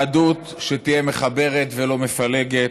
יהדות שתהיה מחברת ולא מפלגת,